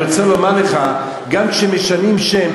אני רוצה לומר לך: גם כשמשנים שם,